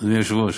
אדוני היושב-ראש.